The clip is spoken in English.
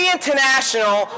International